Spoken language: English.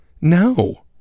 no